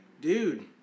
dude